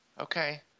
Okay